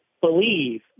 believe